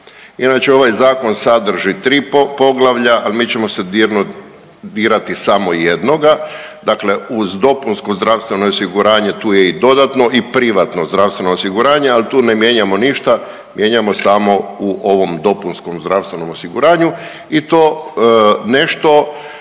Inače ovaj zakon sadrži tri poglavlja, ali mi ćemo sad jedno, dirati samo jednoga, dakle uz dopunsko zdravstveno osiguranje tu je i dodatno i privatno zdravstveno osiguranje, ali tu ne mijenjamo ništa, mijenjamo samo u ovom dopunskom zdravstvenom osiguranju i to nešto